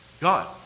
God